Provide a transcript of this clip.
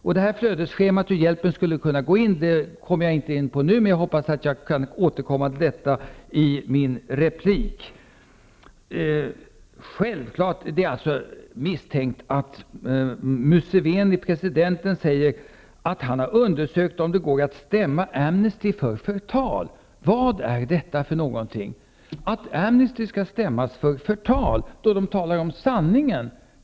Jag skall inte nu skissera något flödesschema för en sådan hjälp, men jag hoppas att jag kan återkomma till detta i min replik. Det är självfallet egendomligt att presidenten Museveni säger att han har undersökt om det går att stämma Amnesty International för förtal. Vad är detta? Amnesty skulle alltså stämmas för förtal för att man talar om sanningen?